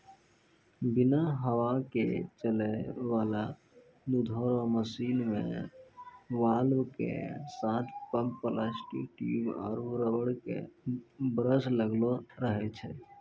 बिना हवा के चलै वाला दुधो रो मशीन मे वाल्व के साथ पम्प प्लास्टिक ट्यूब आरु रबर के ब्रस लगलो रहै छै